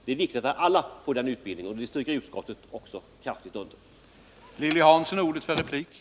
Det är viktigt att alla får den utbildningen, vilket också utskottet kraftigt understryker.